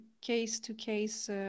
case-to-case